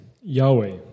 Yahweh